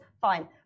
Fine